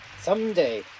Someday